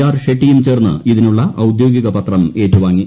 R ഷെട്ടിയും ചേർന്ന് ഇതിനുള്ള ഔദ്യോഗിക പത്രം ഏറ്റുവാങ്ങി